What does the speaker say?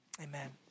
amen